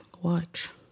watch